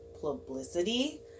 publicity